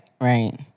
Right